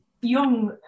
young